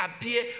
appear